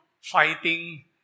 fighting